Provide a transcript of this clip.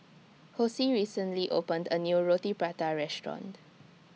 Hosie recently opened A New Roti Prata Restaurant